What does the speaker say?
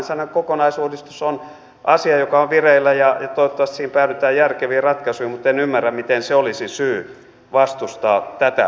alkoholilainsäädännön kokonaisuudistus on asia joka on vireillä ja toivottavasti siinä päädytään järkeviin ratkaisuihin mutta en ymmärrä miten se olisi syy vastustaa tätä hallituksen esitystä